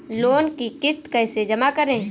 Loan की किश्त कैसे जमा करें?